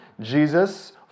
Jesus